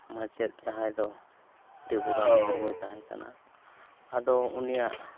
ᱢᱟᱪᱮᱫ ᱡᱟᱦᱟᱸᱭ ᱫᱚ ᱰᱤᱵᱩᱨᱟᱢ ᱢᱩᱨᱢᱩᱭ ᱛᱟᱦᱮᱸ ᱠᱟᱱᱟ ᱟᱫᱚ ᱩᱱᱤᱭᱟᱜ